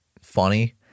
funny